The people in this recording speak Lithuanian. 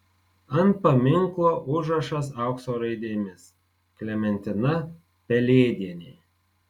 ant paminklo užrašas aukso raidėmis klementina pelėdienė